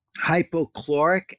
hypochloric